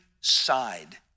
side